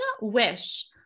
wish